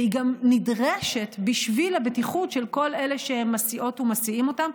והיא גם נדרשת בשביל הבטיחות של כל אלה שהם מסיעות ומסיעים אותם,